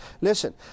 Listen